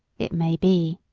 it may be,